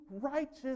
righteous